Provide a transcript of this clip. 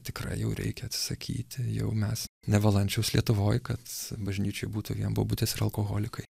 tikrai jau reikia atsisakyti jau mes ne valančiaus lietuvoj kad bažnyčia būtų vien bobutės ir alkoholikai